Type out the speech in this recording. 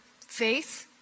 faith